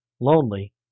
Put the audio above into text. lonely